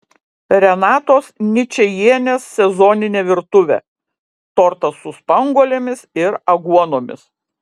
renatos ničajienės sezoninė virtuvė tortas su spanguolėmis ir aguonomis